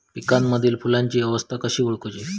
पिकांमदिल फुलांची अवस्था कशी ओळखुची?